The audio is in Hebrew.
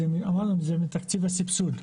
אמרנו זה מתקציב הסבסוד.